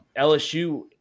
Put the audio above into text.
LSU